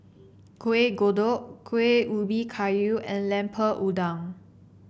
Kuih Kodok Kueh Ubi Kayu and Lemper Udang